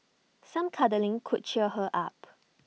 some cuddling could cheer her up